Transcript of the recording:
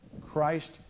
Christ